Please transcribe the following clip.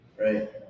right